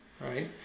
right